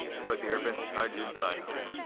spiked the air vents with hydrogen cyanide.